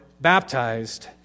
baptized